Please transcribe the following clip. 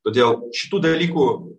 todėl šitų dalykų